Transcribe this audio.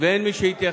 ואין מי שיתייחס.